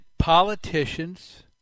Politicians